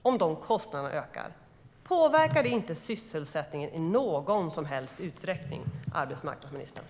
Om de kostnaderna ökar, påverkar inte det sysselsättningen i någon som helst utsträckning, arbetsmarknadsministern?